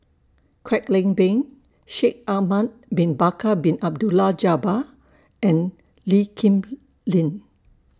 Kwek Leng Beng Shaikh Ahmad Bin Bakar Bin Abdullah Jabbar and Lee Kip Lin